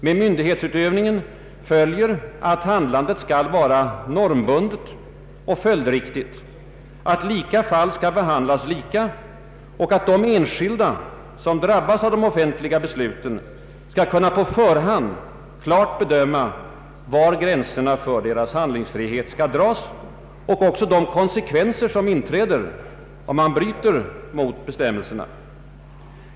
Med myndighetsutövningen följer att handlandet skall vara normbundet och följdriktigt, att lika fall skall behandlas lika och att de enskilda som drabbas av de offentliga besluten på förhand klart skall kunna bedöma var gränserna för deras handlingsfrihet skall dras och också veta de konsekvenser som inträder om man bryter mot bestämmelserna.